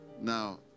now